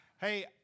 Hey